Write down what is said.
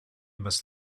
must